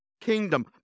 kingdom